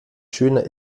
schöner